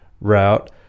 route